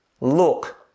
Look